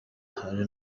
hari